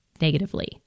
negatively